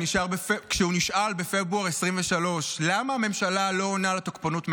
כשהוא נשאל בפברואר 2023 למה הממשלה לא עונה על התוקפנות מעזה,